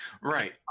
Right